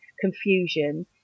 confusion